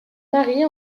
marie